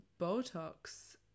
Botox